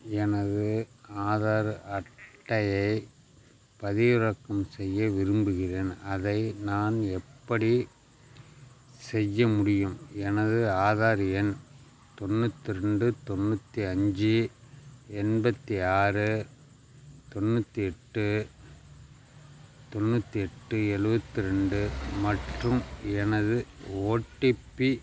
எனது ஆதார் அட்டையை பதிவிறக்கம் செய்ய விரும்புகின்றேன் அதை நான் எப்படி செய்ய முடியும் எனது ஆதார் எண் தொண்ணூற்றி ரெண்டு தொண்ணூற்றி அஞ்சு எண்பத்தி ஆறு தொண்ணூற்றி எட்டு தொண்ணூற்றி எட்டு எழுவத்தி ரெண்டு மற்றும் எனது ஓடிபி